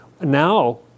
now